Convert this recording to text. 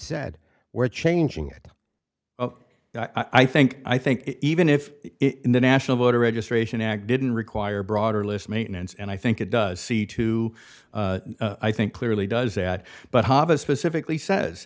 said we're changing it i think i think even if it in the national voter registration act didn't require broader list maintenance and i think it does see to i think clearly does that but hava specifically says